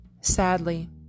Sadly